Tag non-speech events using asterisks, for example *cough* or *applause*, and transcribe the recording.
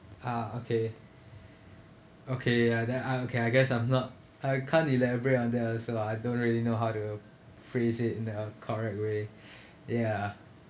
ah okay okay uh then I okay I guess I'm not I can't elaborate on that also ah I don't really know how to phrase it in the correct way *breath* ya